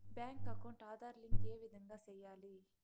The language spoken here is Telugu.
బ్యాంకు అకౌంట్ ఆధార్ లింకు ఏ విధంగా సెయ్యాలి?